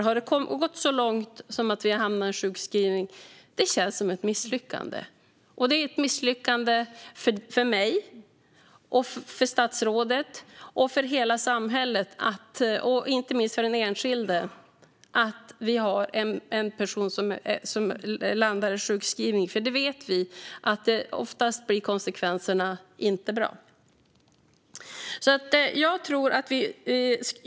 Har det gått så långt att det slutar med en sjukskrivning känns det som ett misslyckande - för mig, för statsrådet, för hela samhället och inte minst för den enskilde. Vi vet ju att konsekvenserna oftast inte blir bra.